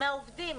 מהעובדים,